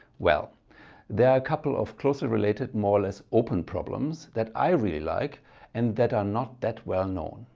well there are a couple of closely related more or less open problems that i really like and that are not that well known.